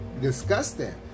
disgusting